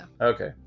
okay